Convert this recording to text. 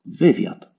wywiad